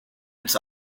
its